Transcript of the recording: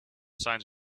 signs